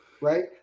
Right